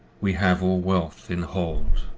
we have all wealth in holde.